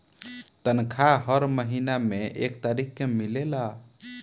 तनखाह हर महीना में एक तारीख के मिलेला